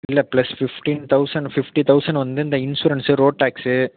இல்லை plus fifteen தொளசன்ணு fifty தொளசன்ணு வந்து இந்த இன்சூரன்ஸு ரோட் டேக்ஸு